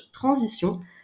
Transition